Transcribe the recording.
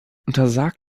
untersagt